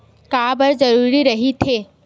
का बार जरूरी रहि थे?